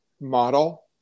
model